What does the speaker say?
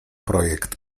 projekt